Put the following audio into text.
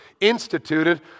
instituted